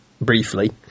briefly